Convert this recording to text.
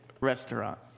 restaurant